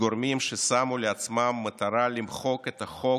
גורמים ששמו לעצמם מטרה למחוק את החוק,